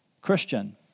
Christian